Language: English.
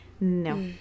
no